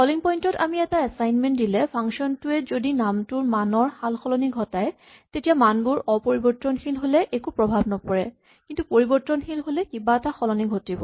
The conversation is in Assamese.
কলিং পইন্ট ত আমি এটা এচাইমেন্ট দিলে ফাংচন টোৱে যদি নামটোৰ মানৰ সালসলনি ঘটাই তেতিয়া মানবোৰ অপৰিবৰ্তনশীল হ'লে একো প্ৰভাৱ নপৰে কিন্তু পৰিবৰ্তনশীল হ'লে কিবা এটা সলনি ঘটিব